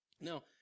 Now